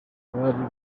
bari